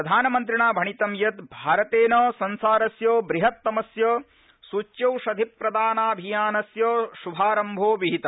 प्रधानमन्त्रिणा भणितं यत् भारतेन संसारस्य बृहत्तमस्य सूच्यौषधिप्रदानाभियानस्य श्भारम्भो विहित